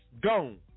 gone